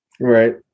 right